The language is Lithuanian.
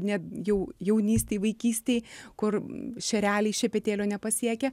ne jau jaunystėj vaikystėj kur šereliai šepetėlio nepasiekia